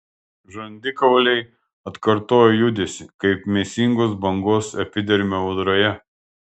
žandikauliai atkartojo judesį kaip mėsingos bangos epidermio audroje